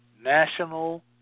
National